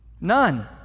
None